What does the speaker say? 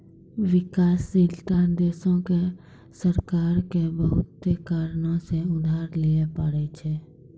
विकासशील देशो के सरकारो के बहुते कारणो से उधार लिये पढ़ै छै